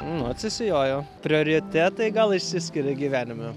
nu atsisijojo prioritetai gal išsiskiria gyvenime